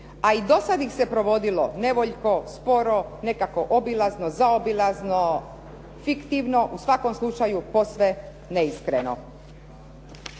A i do sada ih se provodilo nevoljko, sporo, nekako obilazno, zaobilazno, fiktivno, u svakom slučaju posve neiskreno.